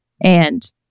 and-